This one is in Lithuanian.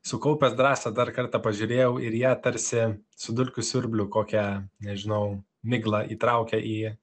sukaupęs drąsą dar kartą pažiūrėjau ir ją tarsi su dulkių siurbliu kokia nežinau migla įtraukė į